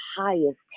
highest